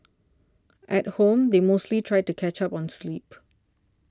at home they mostly try to catch up on sleep